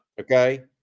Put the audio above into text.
Okay